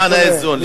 למען האיזון.